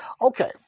Okay